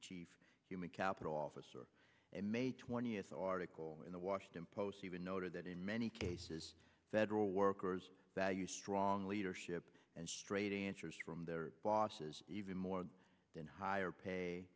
chief human capital officer may twentieth article in the washington post even noted that in many cases federal workers value strong leadership and straight answers from their bosses even more than higher pay